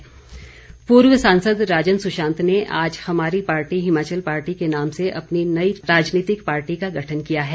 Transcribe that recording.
राजन सुशांत पूर्व सांसद राजन सुशांत ने आज हमारी पार्टी हिमाचल पार्टी के नाम से अपनी नई राजनीतिक पार्टी का गठन किया है